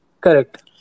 Correct